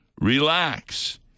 Relax